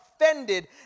offended